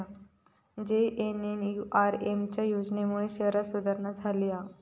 JNNURM च्या योजनेमुळे शहरांत सुधारणा झाली हा